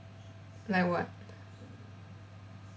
like what